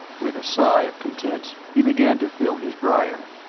with a sigh of content he began to fill his briar.